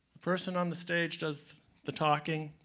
person on the stage does the talking.